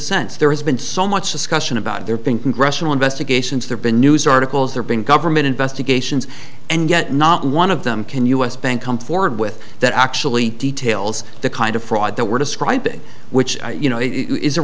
sense there has been so much discussion about there being congressional investigations there's been news articles there been government investigations and yet not one of them can u s bank come forward with that actually details the kind of fraud that we're describing which